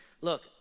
Look